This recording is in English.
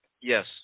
Yes